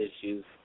issues